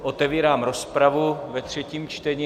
Otevírám rozpravu ve třetím čtení.